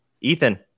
Ethan